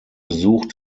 besuch